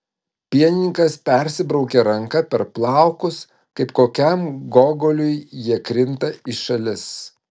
pienininkas persibraukia ranka per plaukus kaip kokiam gogoliui jie krinta į šalis